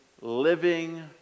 living